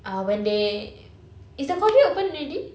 uh when they is the causeway open already